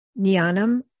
Nyanam